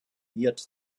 miert